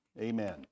Amen